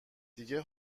دیگه